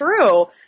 true